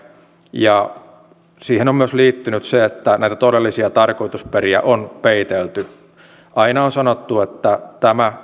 ja siihen on myös liittynyt se että näitä todellisia tarkoitusperiä on peitelty aina on sanottu että